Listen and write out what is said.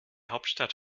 hauptstadt